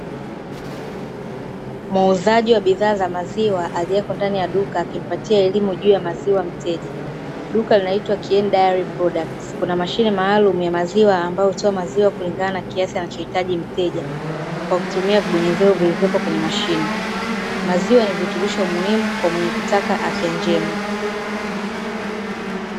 Muuzaji wa bidhaa za maziwa alieko ndani ya duka akimpatia elimu juu ya maziwa mteja. Duka linaitwa "King Diary Product", kuna mashine maalumu ya maziwa ambayo hutoa maziwa kulingana na kiasi anacho hitaji mteja kwa kutumia vibonyezeo vilivyopo kwenye mashine. Maziwa ni virutubisho muhimu kwa mwenye kutaka afya njema.